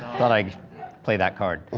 thought i'd play that card.